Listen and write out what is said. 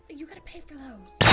you gotta pay for those.